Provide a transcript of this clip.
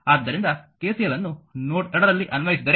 ಆದ್ದರಿಂದ KCL ಅನ್ನು node 2 ರಲ್ಲಿ ಅನ್ವಯಿಸಿದರೆ